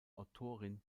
autorin